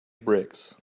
bricks